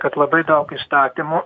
kad labai daug įstatymų